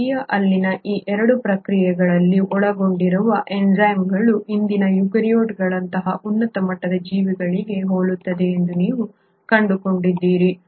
archaea ಅಲ್ಲಿನ ಈ 2 ಪ್ರಕ್ರಿಯೆಗಳಲ್ಲಿ ಒಳಗೊಂಡಿರುವ ಎನ್ಝೈಮ್ಗಳು ಇಂದಿನ ಯುಕ್ಯಾರಿಯೋಟ್ಗಳ ಉನ್ನತ ಮಟ್ಟದ ಜೀವಿಗಳಿಗೆ ಹೋಲುತ್ತವೆ ಎಂದು ನೀವು ಕಂಡುಕೊಂಡಿದ್ದೀರಿ